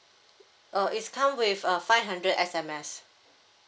uh it's come with uh five hundred SMS